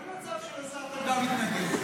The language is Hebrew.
אין מצב שלזה אתה גם מתנגד,